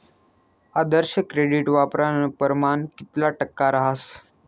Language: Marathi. आदर्श क्रेडिट वापरानं परमाण कितला टक्का रहास